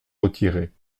retirés